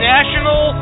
National